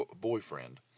boyfriend